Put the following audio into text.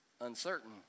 uncertain